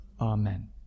Amen